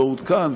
לא עודכן,